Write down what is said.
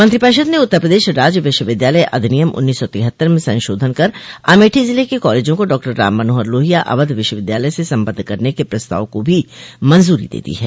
मंत्रिपरिषद ने उत्तर प्रदेश राज्य विश्वविद्यालय अधिनियम उन्नीस सौ तिहत्तर में संशोधन कर अमेठी ज़िले के कॉलेजों को डॉक्टर राम मनोहर लोहिया अवध विश्वविद्यालय से संबद्ध करने के प्रस्ताव को भी मंज्री दे दी है